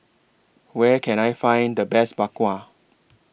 Where Can I Find The Best Bak Kwa